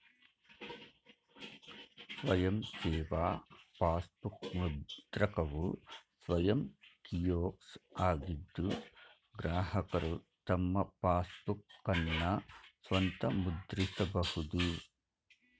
ಸ್ವಯಂ ಸೇವಾ ಪಾಸ್ಬುಕ್ ಮುದ್ರಕವು ಸ್ವಯಂ ಕಿಯೋಸ್ಕ್ ಆಗಿದ್ದು ಗ್ರಾಹಕರು ತಮ್ಮ ಪಾಸ್ಬುಕ್ಅನ್ನ ಸ್ವಂತ ಮುದ್ರಿಸಬಹುದು